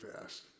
fast